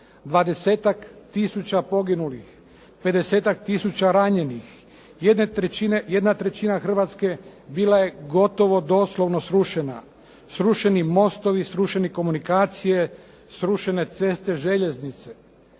tisuća poginulih, 50-ak tisuća ranjenih, jedna trećina Hrvatske bila je gotovo doslovno srušena. Srušeni mostovi, srušene komunikacije, srušene ceste, željeznice.